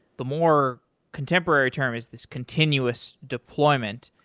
the more contemporary term is this continuous deployment.